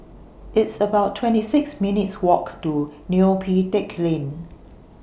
It's about twenty six minutes' Walk to Neo Pee Teck Lane